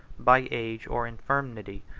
by age or infirmity,